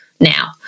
now